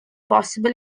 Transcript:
possible